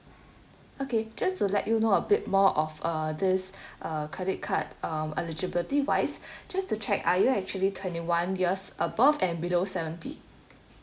okay just to let you know a bit more of uh this uh credit card um eligibility wise just to check are you actually twenty one years above and below seventy